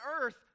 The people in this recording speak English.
earth